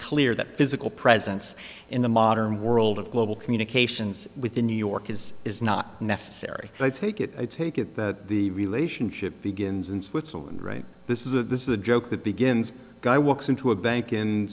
clear that physical presence in the modern world of global communications with the new york is is not necessary i take it i take it that the relationship begins in switzerland right this is a this is a joke that begins guy walks into a bank